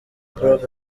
prof